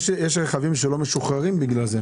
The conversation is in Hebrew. יש רכבים שלא משוחררים בגלל זה.